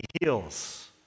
heals